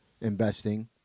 investing